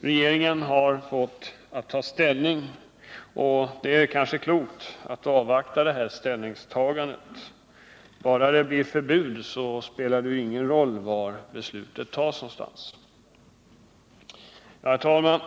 Regeringen har fått att ta ställning, och det är kanske klokt att avvakta detta ställningstagande. Bara det blir ett förbud spelar det ingen roll var beslutet tas någonstans. Herr talman!